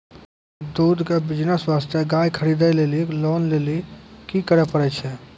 दूध के बिज़नेस वास्ते गाय खरीदे लेली लोन लेली की करे पड़ै छै?